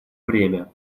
время